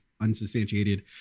unsubstantiated